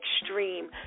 extreme